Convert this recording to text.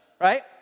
right